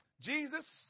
Jesus